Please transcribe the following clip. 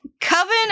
coven